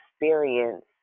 experience